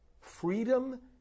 Freedom